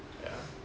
ya